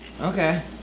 Okay